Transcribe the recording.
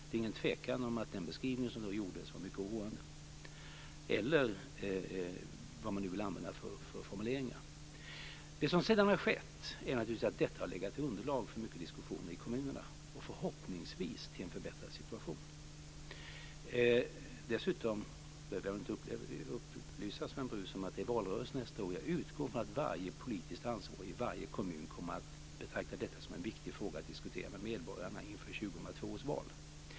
Det är ingen tvekan om att den beskrivning som då gjordes var mycket oroande, eller vad man nu vill använda för formuleringar. Sedan har detta naturligtvis utgjort underlag för mycket diskussion i kommunerna, och förhoppningsvis har det lett till en förbättrad situation. Dessutom behöver jag väl inte upplysa Sven Brus om att det är valrörelse nästa år. Jag utgår från att varje politiskt ansvarig i varje kommun kommer att betrakta detta som en viktig fråga att diskutera med medborgarna inför 2002 års val.